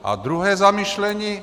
A druhé zamyšlení.